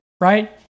right